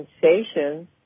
sensations